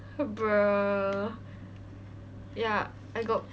bruh ya I got